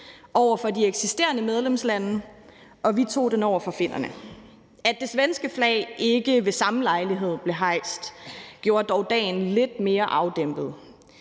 over for de eksisterende medlemslande, og vi tog den over for finnerne. At det svenske flag ikke ved samme lejlighed blev hejst, gjorde dog dagen lidt mere afdæmpet.